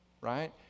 right